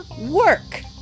work